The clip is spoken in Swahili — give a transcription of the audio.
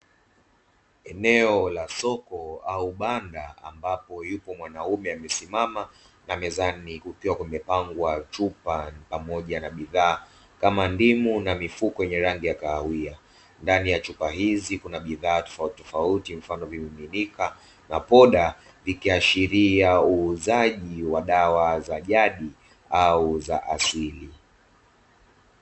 Eneo la soko au banda ambapo yupo mwanaume amesimama na mezani kukiwa kumepangwa chupa pamoja na bidhaa kama ndimu na mifuko yenye rangi ya kahawia, ndani ya chupa hizi kuna bidhaa tofauti tofauti mfano vimiminika na poda ikiashiria uuzaji wa dawa za jadi au za asili.